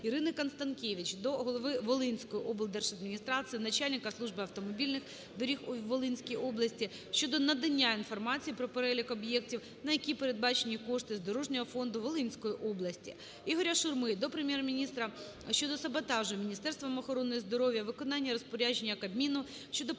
ІриниКонстанкевич до голови Волинської облдержадміністрації, начальника Служби автомобільних доріг у Волинській області щодо надання інформації про перелік об'єктів, на які передбачені кошти з дорожнього фонду Волинської області. Ігоря Шурми до Прем'єр-міністра щодо саботажу Міністерством охорони здоров'я виконання розпорядження Кабміну щодо